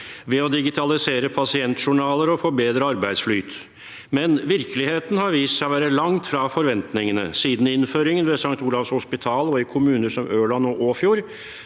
ved å digitalisere pasientjournaler og få bedre arbeidsflyt, men virkeligheten har vist seg å være langt fra forventningene. Siden innføringen ved St. Olavs hospital og i kommuner som Ørland og Åfjord